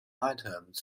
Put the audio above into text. items